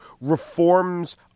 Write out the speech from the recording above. reforms